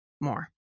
more